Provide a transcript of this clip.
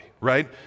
right